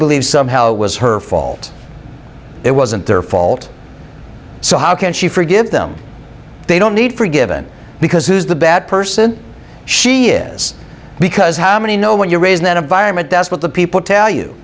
believes somehow it was her fault it wasn't their fault so how can she forgive them they don't need forgiven because who's the bad person she is because how many know when you're raised that environment that's what the people tell you